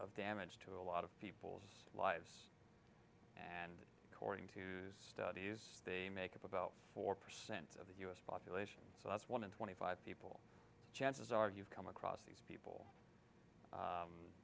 of damage to a lot of people's lives and according to studies they make up about four percent of the u s population so that's one in twenty five people chances are you've come across these people